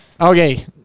Okay